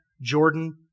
Jordan